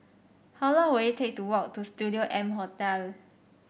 how long will it take to walk to Studio M Hotel